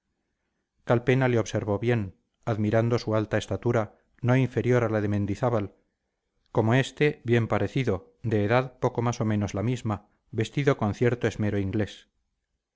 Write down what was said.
vigorosos calpena le observó bien admirando su alta estatura no inferior a la de mendizábal como éste bien parecido de edad poco más o menos la misma vestido con cierto esmero inglés